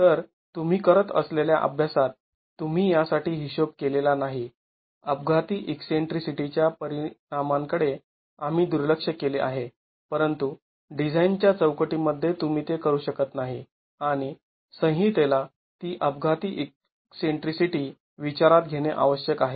तर तुम्ही करत असलेल्या अभ्यासात तुम्ही यासाठी हिशोब केलेला नाही अपघाती ईकसेंट्रीसिटीच्या परिणामांकडे आम्ही दुर्लक्ष केले आहे परंतु डिझाईन च्या चौकटीमध्ये तुम्ही ते करू शकत नाही आणि संहितेला ती अपघाती ईकसेंट्रीसिटी विचारात घेणे आवश्यक आहे